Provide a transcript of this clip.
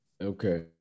Okay